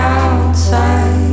outside